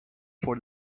for